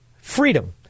freedom